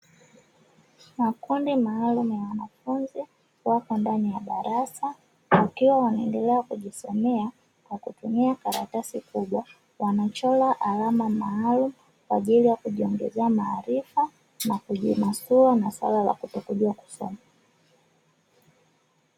Makundi maalumu ya wanafunzi wapo ndani ya darasa wakiwa wanaendelea kujisomea kwa kutumia karatasi kubwa , wanachora alama maalumu kwa ajili ya kujiongezea maarifa na kujinasua na suala la kutojua kusoma.